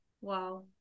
wow